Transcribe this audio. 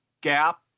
gap